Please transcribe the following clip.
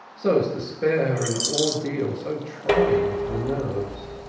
so as to spare her an ordeal so trying to the nerves?